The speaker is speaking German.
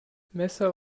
messer